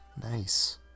Nice